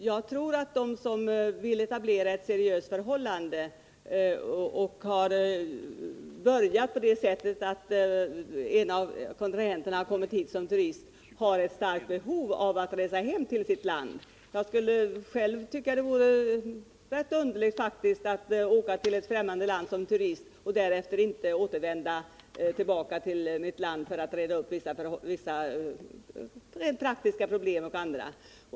Jag tror att de som vill etablera ett seriöst förhållande, som kanske börjat genom att en av kontrahenterna kommit hit som turist, har ett starkt behov av att resa hem till sitt land. Jag skulle själv tycka att det vore underligt att åka till ett fftämmande land som turist och därefter inte återvända till mitt land för att reda upp vissa rent praktiska saker.